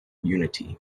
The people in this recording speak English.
unity